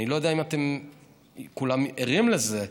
אני לא יודע אם אתם כולם ערים לזה.